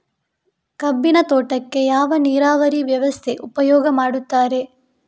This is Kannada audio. ಕಬ್ಬಿನ ತೋಟಕ್ಕೆ ಯಾವ ನೀರಾವರಿ ವ್ಯವಸ್ಥೆ ಉಪಯೋಗ ಮಾಡುತ್ತಾರೆ?